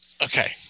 Okay